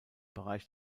bereich